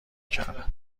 کردن